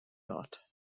lot